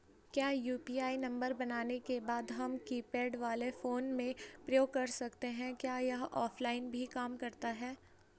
क्या UPI number बनाने के बाद हम कीपैड वाले फोन में प्रयोग कर सकते हैं क्या यह ऑफ़लाइन भी काम करता है?